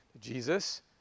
Jesus